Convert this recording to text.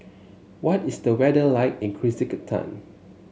what is the weather like in Kyrgyzstan